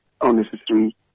unnecessary